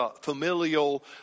familial